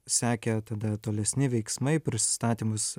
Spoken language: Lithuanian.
sekė tada tolesni veiksmai prisistatymus